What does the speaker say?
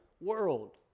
world